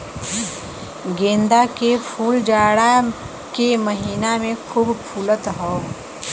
गेंदा के फूल जाड़ा के महिना में खूब फुलत हौ